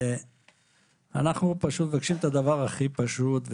אנחנו מבקשים את הדבר הכי פשוט,